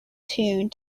tune